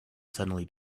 suddenly